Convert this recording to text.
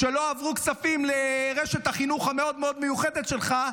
כשלא עברו כספים לרשת החינוך המאוד-מאוד מיוחדת שלך,